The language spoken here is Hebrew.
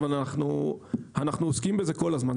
אבל אנחנו עוסקים בזה כל הזמן.